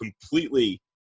completely